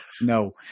No